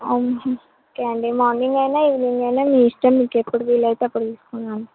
Anji morning అయినా evening అయినా మీ ఇష్టం మీకెప్పుడు వీలైతే అప్పుడు తీసుకురండి